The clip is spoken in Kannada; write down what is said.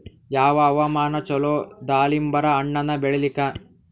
ಯಾವ ಹವಾಮಾನ ಚಲೋ ದಾಲಿಂಬರ ಹಣ್ಣನ್ನ ಬೆಳಿಲಿಕ?